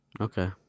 Okay